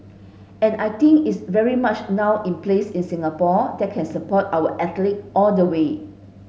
and I think it's very much now in place in Singapore that can support our athlete all the way